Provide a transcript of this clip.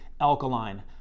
alkaline